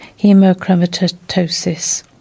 hemochromatosis